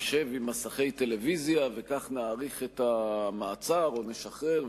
נשב עם מסכי טלוויזיה וכך נאריך את המעצר או נשחרר,